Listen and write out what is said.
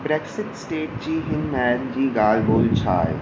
Brexit state जी हिनमहिल जी ॻाल्हिबोल छा आहे